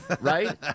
Right